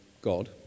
God